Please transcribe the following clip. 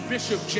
Bishop